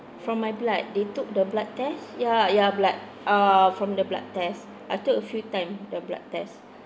from my blood they took the blood test ya ya blood uh from the blood test I took a few time the blood test